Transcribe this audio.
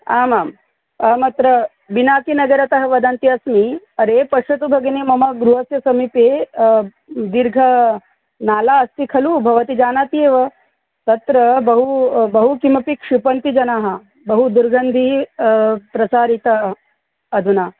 आमाम् अहमत्र बिनाकिनगरतः वदन्ती अस्मि अरे पश्यतु भगिनी मम गृहस्य समीपे दीर्घनाला अस्ति खलु भवति जानाति एव तत्र बहु बहु किमपि क्षिपन्ति जनाः बहु दुर्गन्धं प्रसारितम् अधुना